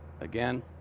again